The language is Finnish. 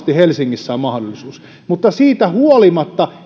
helsingissä on mahdollisuus mutta siitä huolimatta